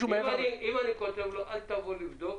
אם אני כותב לו: אל תבוא לבדוק.